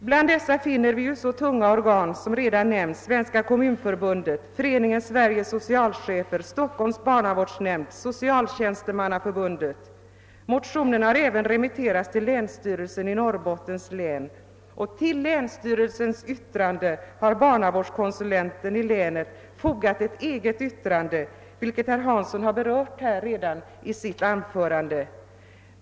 Bland dessa finner vi, såsom här redan har nämnts, så tunga organ som Svenska kommunförbundet, Föreningen Sveriges socialchefer, Stockholm barnavårdsnämnd och Socialtjänstemannaförbundet. Motionen har även remitterats till länsstyrelsen i Norrbottens län, och till länsstyrelsens yttrande har barnavårdskonsulenten i länet fogat ett eget yttrande, vilket herr Hansson i Piteå redan har berört i sitt anförande.